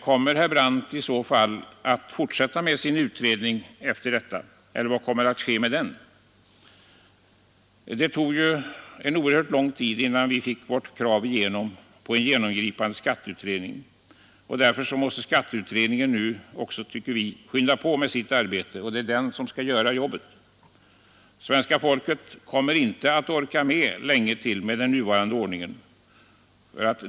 Kommer herr Brandt i så fall att fortsätta med sin utredning, eller vad kommer att ske med den? Det tog ju oerhört lång tid innan vi fick igenom vårt krav på en genomgripande skatteutredning, och därför tycker vi att skatteutredningen nu måste skynda på sitt arbete. Det är också den som skall göra jobbet. Svenska folket kommer inte att orka med länge till med den nuvarande ordningen.